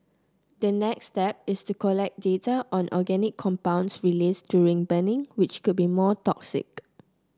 the next step is to collect data on organic compounds released during burning which could be more toxic